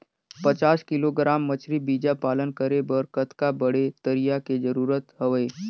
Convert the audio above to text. पचास किलोग्राम मछरी बीजा पालन करे बर कतका बड़े तरिया के जरूरत हवय?